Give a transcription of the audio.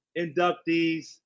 inductees